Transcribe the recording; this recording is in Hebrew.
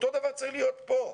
אותו דבר, צריך להיות פה.